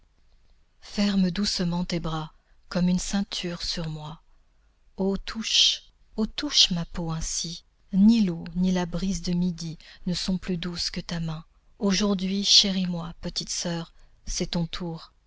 ferme doucement tes bras comme une ceinture sur moi ô touche ô touche ma peau ainsi ni l'eau ni la brise de midi ne sont plus douces que ta main aujourd'hui chéris moi petite soeur c'est ton tour